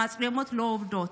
פתאום המצלמות לא עובדות.